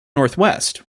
northwest